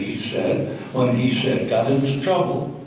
said when he said, got and and trouble.